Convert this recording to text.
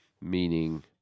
meaning